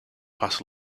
pass